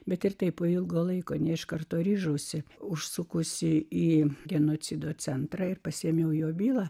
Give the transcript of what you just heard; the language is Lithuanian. bet ir taip po ilgo laiko ne iš karto ryžosi užsukusi į genocido centrą ir pasiėmiau jo bylą